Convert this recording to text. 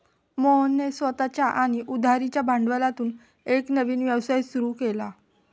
मोहनने स्वतःच्या आणि उधारीच्या भांडवलातून एक नवीन व्यवसाय सुरू केला